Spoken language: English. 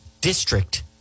district